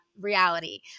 reality